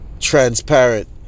Transparent